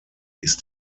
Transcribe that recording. ist